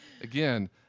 again